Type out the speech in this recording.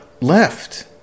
Left